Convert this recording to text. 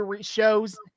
shows